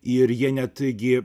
ir jie netgi